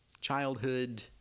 childhood